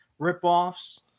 ripoffs